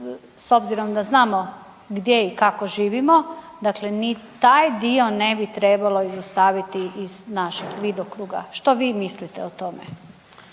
s obzirom da znamo gdje i kako živimo dakle ni taj dio ne bi trebalo izostaviti iz našeg vidokruga. Što vi mislite o tome?